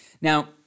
Now